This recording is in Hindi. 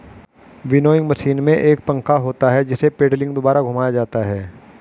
विनोइंग मशीन में एक पंखा होता है जिसे पेडलिंग द्वारा घुमाया जाता है